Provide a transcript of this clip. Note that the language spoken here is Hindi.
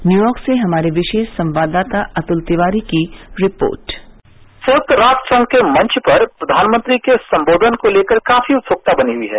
न्यूयार्क से हमारे विशेष संवाददाता अतुल तिवारी की रिपोर्ट संयुक्त राष्ट्र संघ के मंच पर प्रधानमंत्री के संबोधन को लेकर भी काफी उत्सुकता बनी हुई है